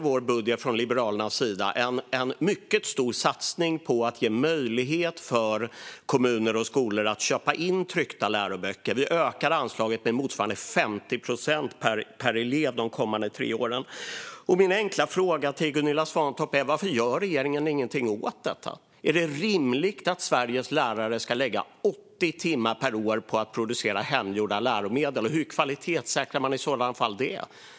Vi i Liberalerna har i vår budget en mycket stor satsning på att ge kommuner och skolor möjlighet att köpa in tryckta läroböcker; vi ökar anslaget med motsvarande 50 procent per elev de kommande tre åren. Min enkla fråga till Gunilla Svantorp är: Varför gör regeringen ingenting åt detta? Är det rimligt att Sveriges lärare ska lägga 80 timmar per år på att producera hemgjorda läromedel? Hur kvalitetssäkrar man i sådana fall dem?